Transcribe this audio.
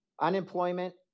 Unemployment